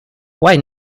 why